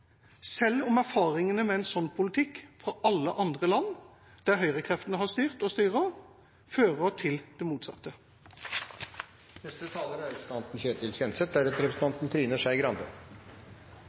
selv om erfaringene med en sånn politikk, fra alle andre land der høyrekreftene har styrt eller styrer, er at det fører til det motsatte. Det er